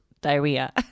diarrhea